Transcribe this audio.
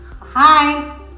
Hi